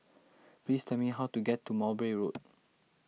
please tell me how to get to Mowbray Road